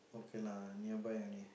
okay lah nearby only